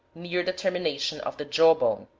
near the termination of the jaw-bone,